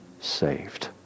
saved